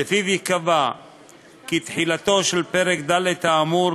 ולפיו ייקבע כי תחילתו של פרק ד' האמור,